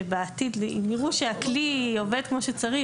שבעתיד אם יראו שהכלי עובד כמו שצריך